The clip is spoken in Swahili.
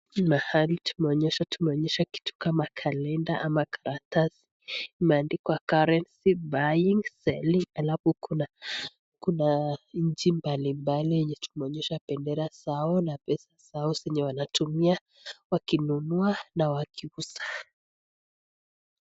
Hii mahali tumeonyeshwa, tumeonyeshwa kitu kama kalenda ama karatasi imeandikwa currency, buying ,selling alafu kuna nchi mbalimbali yenye tumeonyeshwa bendera zao na pesa zao zenye wanatumia wakinunua na wakiuza.